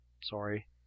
sorry